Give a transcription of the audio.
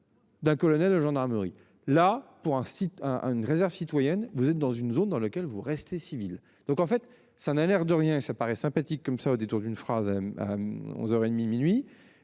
D'un colonel de gendarmerie là pour un site un une réserve citoyenne, vous êtes dans une zone dans laquelle vous restez civils donc en fait ça n'a l'air de rien, et ça paraît sympathique comme ça, au détour d'une phrase M. à 11h et